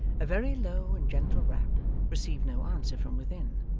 a very low and gentle rap received no answer from within.